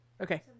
Okay